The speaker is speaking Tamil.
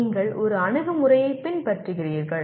நீங்கள் ஒரு அணுகுமுறையைப் பின்பற்றுகிறீர்கள்